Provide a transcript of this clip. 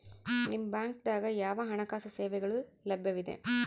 ನಿಮ ಬ್ಯಾಂಕ ದಾಗ ಯಾವ ಹಣಕಾಸು ಸೇವೆಗಳು ಲಭ್ಯವಿದೆ?